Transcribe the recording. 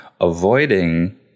avoiding